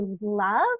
love